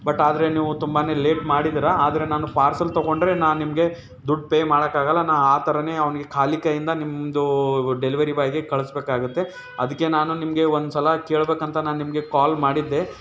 but ಆದರೆ ನೀವು ತುಂಬನೇ ಲೇಟ್ ಮಾಡಿದ್ದೀರ ಆದರೆ ನಾನು ಪಾರ್ಸಲ್ ತಗೊಂಡರೆ ನಾನು ನಿಮಗೆ ದುಡ್ಡು ಪೇ ಮಾಡೋಕ್ಕಾಗಲ್ಲ ನಾ ಆ ಥರನೇ ಅವನಿಗೆ ಖಾಲಿ ಕೈಯ್ಯಿಂದ ನಿಮ್ಮದು ಡೆಲಿವರಿ ಬಾಯ್ಗೆ ಕಳಿಸಬೇಕಾಗುತ್ತೆ ಅದಕ್ಕೆ ನಾನು ನಿಮಗೆ ಒಂದ್ಸಲ ಕೇಳ್ಬೇಕಂತ ನಾನು ನಿಮಗೆ ಕಾಲ್ ಮಾಡಿದ್ದೆ